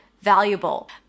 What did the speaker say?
valuable